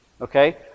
Okay